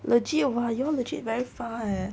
legit [what] you all legit very far [what]